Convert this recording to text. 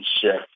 shift